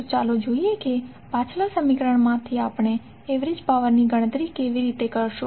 તો ચાલો જોઈએ કે પાછલા સમીકરણમાંથી આપણે એવરેજ પાવરની ગણતરી કેવી રીતે કરીશું